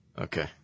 Okay